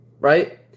right